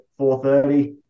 4.30